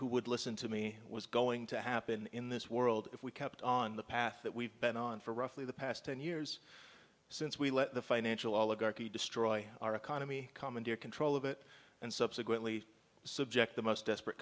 who would listen to me was going to happen in this world if we kept on the path that we've been on for roughly the past ten years since we let the financial oligarchy destroy our economy commandeer control of it and subsequently subject the most desperate